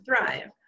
thrive